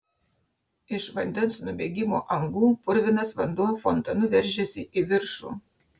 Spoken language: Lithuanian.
iš vandens nubėgimo angų purvinas vanduo fontanu veržėsi į viršų